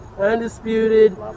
undisputed